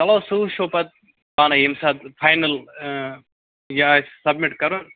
چَلو سُہ وٕچھو پتہٕ پانَے ییٚمہِ ساتہٕ فاینَل یہِ آسہِ سبمِٹ کَرُن